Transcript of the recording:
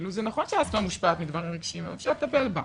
זה נכון שאסטמה מושפעת מדברים רגשיים אבל אפשר לטפל בה.